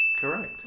Correct